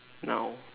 no